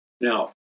Now